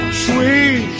sweet